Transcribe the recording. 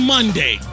Monday